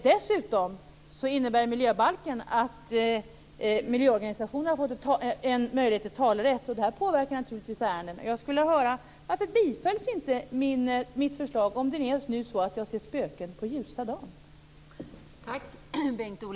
Dessutom innebär miljöbalken att miljöorganisationerna får en möjlighet till talerätt. Det påverkar naturligtvis ärenden. Jag skulle vilja veta: Varför tillstyrktes inte mitt förslag, om det nu är så att jag ser spöken på ljusa dagen?